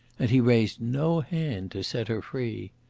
and he raised no hand to set her free.